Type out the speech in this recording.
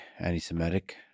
anti-Semitic